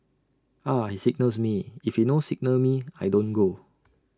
Ah He signals me if he no signal me I don't go